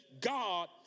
God